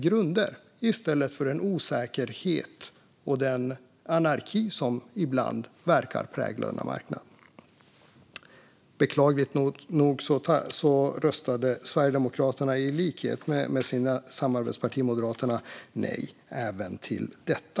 Det skulle vara så i stället för en osäkerhet och den anarki som ibland verkar prägla denna marknad. Beklagligt nog röstade Sverigedemokraterna i likhet med samarbetspartiet Moderaterna nej även till detta.